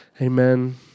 Amen